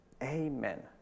Amen